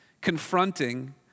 confronting